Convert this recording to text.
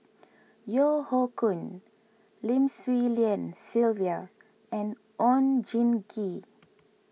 Yeo Hoe Koon Lim Swee Lian Sylvia and Oon Jin Gee